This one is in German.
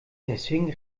deswegen